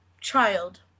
Child